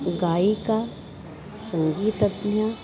गयिका सङ्गीतज्ञा